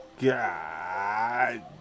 God